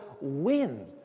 win